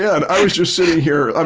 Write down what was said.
yeah and i was just sitting here. um